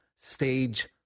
stage